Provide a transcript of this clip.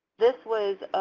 this was